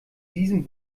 diesem